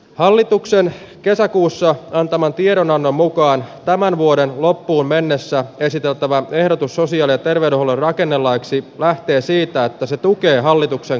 hallituksen kesäkuussa antaman tiedonannon mukaan tämän vuoden loppuun mennessä esiteltävä ehdotus asian etenevän avulla rakennelaiksi lähtee siitä että se tukee hallituksen